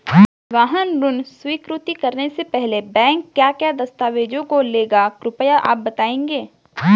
वाहन ऋण स्वीकृति करने से पहले बैंक क्या क्या दस्तावेज़ों को लेगा कृपया आप बताएँगे?